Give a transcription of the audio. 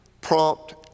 prompt